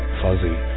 fuzzy